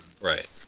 Right